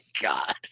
god